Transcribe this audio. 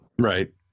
Right